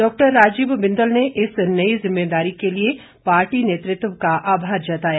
doctor Rajeev Bindal ने इस नई जिम्मेदारी के लिए पार्टी नेतृत्व का आभार जताया